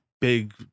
big